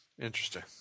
Interesting